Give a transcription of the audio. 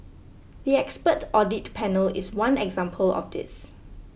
the expert audit panel is one example of this